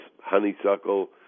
honeysuckle